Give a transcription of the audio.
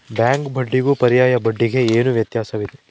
Bank ಬಡ್ಡಿಗೂ ಪರ್ಯಾಯ ಬಡ್ಡಿಗೆ ಏನು ವ್ಯತ್ಯಾಸವಿದೆ?